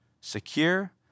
secure